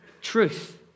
Truth